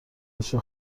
عشق